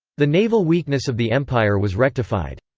the naval weakness of the empire was rectified.